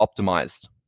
optimized